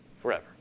forever